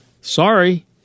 Sorry